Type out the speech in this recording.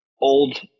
old